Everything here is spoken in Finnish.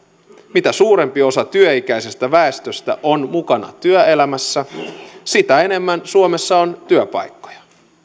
mitä suurempi osa työikäisestä väestöstä on mukana työelämässä sitä enemmän suomessa on työpaikkoja